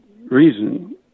reason